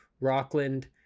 Rockland